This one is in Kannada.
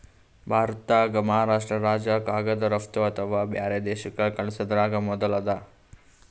ಭಾರತ್ದಾಗೆ ಮಹಾರಾಷ್ರ್ಟ ರಾಜ್ಯ ಕಾಗದ್ ರಫ್ತು ಅಥವಾ ಬ್ಯಾರೆ ದೇಶಕ್ಕ್ ಕಲ್ಸದ್ರಾಗ್ ಮೊದುಲ್ ಅದ